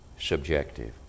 subjective